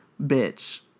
bitch